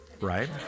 right